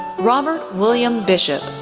robert william bishop,